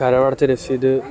കരമടച്ച രസീത്